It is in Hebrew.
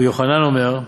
"רבי יוחנן אומר,